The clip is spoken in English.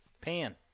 Pan